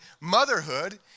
motherhood